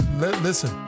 listen